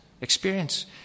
Experience